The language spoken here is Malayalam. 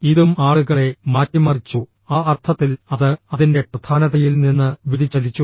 ഇതും ആളുകളെ മാറ്റിമറിച്ചു ആ അർത്ഥത്തിൽ അത് അതിൻറെ പ്രധാനതയിൽ നിന്ന് വ്യതിചലിച്ചു